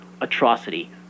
atrocity